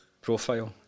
Profile